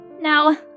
Now